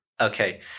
Okay